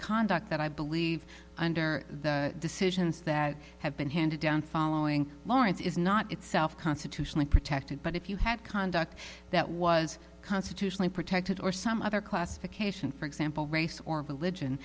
conduct that i believe under the decisions that have been handed down following lawrence is not itself constitutionally protected but if you had conduct that was constitutionally protected or some other classification for example race or religion